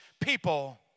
people